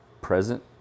present